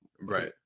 right